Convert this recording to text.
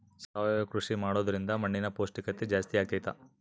ಸಾವಯವ ಕೃಷಿ ಮಾಡೋದ್ರಿಂದ ಮಣ್ಣಿನ ಪೌಷ್ಠಿಕತೆ ಜಾಸ್ತಿ ಆಗ್ತೈತಾ?